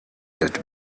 that